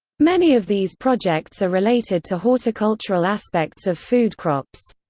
many of these projects are related to horticultural aspects of food crops.